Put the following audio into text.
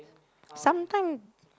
some time